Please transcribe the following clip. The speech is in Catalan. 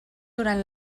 durant